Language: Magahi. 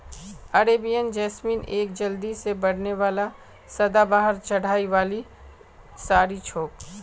अरेबियन जैस्मीन एक जल्दी से बढ़ने वाला सदाबहार चढ़ाई वाली झाड़ी छोक